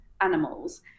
animals